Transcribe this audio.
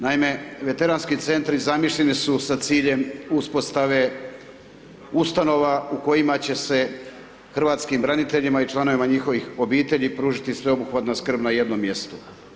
Naime, Veteranski Centri zamišljeni su sa ciljem uspostave ustanova u kojima će hrvatskim braniteljima i članovima njihovih obitelji pružiti sveobuhvatna skrb na jednom mjestu.